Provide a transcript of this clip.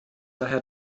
daher